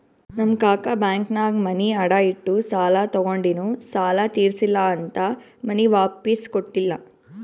ನಮ್ ಕಾಕಾ ಬ್ಯಾಂಕ್ನಾಗ್ ಮನಿ ಅಡಾ ಇಟ್ಟು ಸಾಲ ತಗೊಂಡಿನು ಸಾಲಾ ತಿರ್ಸಿಲ್ಲಾ ಅಂತ್ ಮನಿ ವಾಪಿಸ್ ಕೊಟ್ಟಿಲ್ಲ